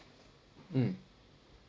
mm